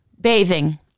Bathing